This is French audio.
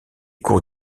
cours